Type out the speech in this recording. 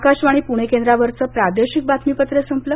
आकाशवाणी पुणे केंद्रावरचं प्रादेशिक बातमीपत्र संपलं